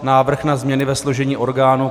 Návrh na změny ve složení orgánů